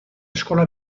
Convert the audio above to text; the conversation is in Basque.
eskola